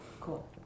Cool